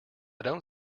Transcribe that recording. don’t